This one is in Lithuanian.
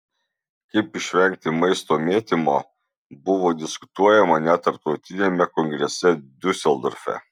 kaip išvengti maisto mėtymo buvo diskutuojama net tarptautiniame kongrese diuseldorfe